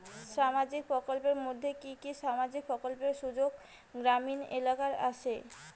সামাজিক প্রকল্পের মধ্যে কি কি সামাজিক প্রকল্পের সুযোগ গ্রামীণ এলাকায় আসে?